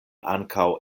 ankaŭ